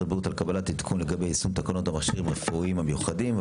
הבריאות על קבלת העדכון לגבי יישום תקנות המכשירים הרפואיים המיוחדים.